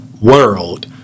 world